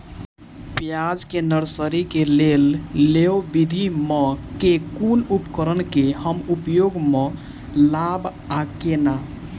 प्याज केँ नर्सरी केँ लेल लेव विधि म केँ कुन उपकरण केँ हम उपयोग म लाब आ केना?